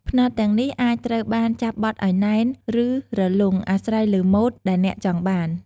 ផ្នត់ទាំងនេះអាចត្រូវបានចាប់បត់ឲ្យណែន ឬរលុង អាស្រ័យលើម៉ូដដែលអ្នកចង់បាន។